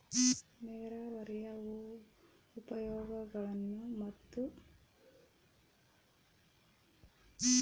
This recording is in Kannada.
ನೇರಾವರಿಯ ಉಪಯೋಗಗಳನ್ನು ಮತ್ತು?